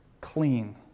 clean